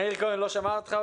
מאיר כהן לא שמע אותך,